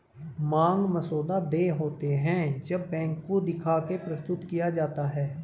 मांग मसौदा देय होते हैं जब बैंक को दिखा के प्रस्तुत किया जाता है